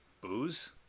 booze